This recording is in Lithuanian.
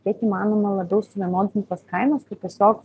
kiek įmanoma labiau suvienodintas kainas tai tiesiog